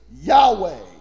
Yahweh